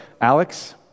Alex